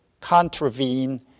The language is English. contravene